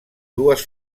dues